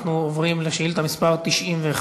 אנחנו עוברים לשאילתה מס' 91,